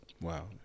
wow